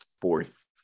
fourth